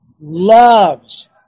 loves